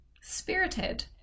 spirited